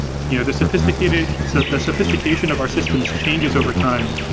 you know the sophistication so the sophistication of our systems changes overtime.